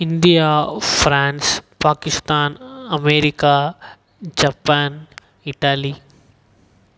India France Pakistan America Japan Italy